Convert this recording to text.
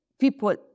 People